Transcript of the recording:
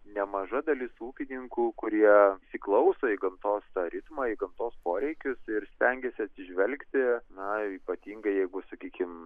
nemaža dalis ūkininkų kurie įsiklauso į gamtos tą ritmą į gamtos poreikius ir stengiasi atsižvelgti na ypatingai jeigu sakykim